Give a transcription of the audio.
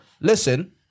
listen